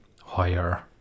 higher